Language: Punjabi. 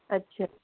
ਅੱਛਾ